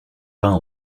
peint